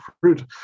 fruit